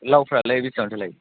लावफ्रालाय बेसेबांथो लायो